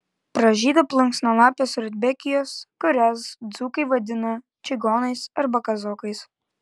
pražydo plunksnalapės rudbekijos kurias dzūkai vadina čigonais arba kazokais